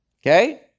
Okay